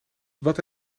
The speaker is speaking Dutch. wat